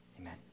amen